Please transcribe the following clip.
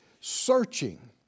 searching